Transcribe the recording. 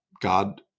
God